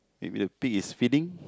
maybe a pitch is feeling